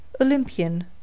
Olympian